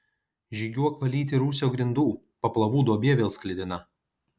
žygiuok valyti rūsio grindų paplavų duobė vėl sklidina